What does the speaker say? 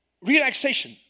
relaxation